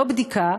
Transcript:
לא בדיקה,